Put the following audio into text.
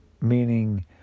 meaning